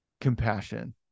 compassion